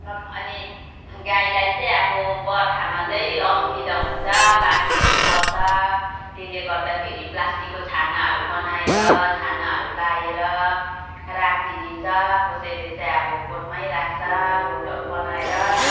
नक अनि गाईलाई चाहिँ अब बर्खामा चाहिँ असुविधा हुन्छ पानीहरू पर्छ त्यसले गर्दाखेरि प्लास्टिकको छानाहरू बनाएर छानाहरू लगाएर राखिदिन्छ कसैले चाहिँ अब गोठमै राख्छ गोठहरू बनाएर